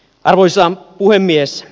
arvoisa puhemies